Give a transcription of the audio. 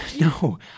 No